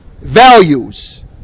values